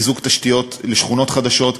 לחיזוק תשתיות לשכונות חדשות,